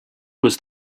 was